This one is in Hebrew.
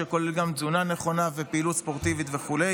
הכולל גם תזונה נכונה ופעילות ספורטיבית וכו'.